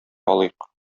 алыйк